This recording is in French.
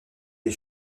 des